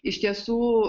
iš tiesų